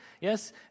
Yes